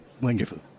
Wonderful